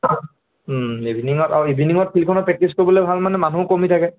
ইভিণিঙত আৰু ইভিণিঙত ফিল্ডখনত প্ৰেক্টিছ কৰিবলৈ ভাল মানে মানুহো কমি থাকে